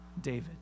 David